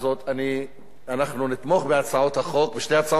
אנחנו נתמוך בשתי הצעות החוק,